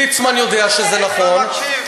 ליצמן יודע שזה נכון.